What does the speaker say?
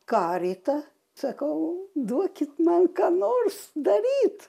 karitą sakau duokit man ką nors daryt